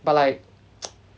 but like